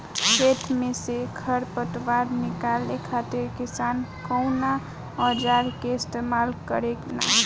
खेत में से खर पतवार निकाले खातिर किसान कउना औजार क इस्तेमाल करे न?